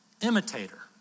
imitator